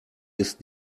ist